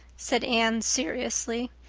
said anne seriously.